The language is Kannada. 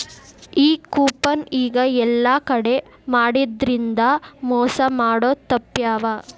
ಈ ಕೂಪನ್ ಈಗ ಯೆಲ್ಲಾ ಕಡೆ ಮಾಡಿದ್ರಿಂದಾ ಮೊಸಾ ಮಾಡೊದ್ ತಾಪ್ಪ್ಯಾವ